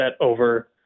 over